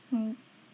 mm